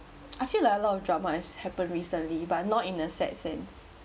I feel like a lot of drama has happened recently but not in a sad sense